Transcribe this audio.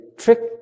trick